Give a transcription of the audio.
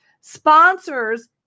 sponsors